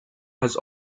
has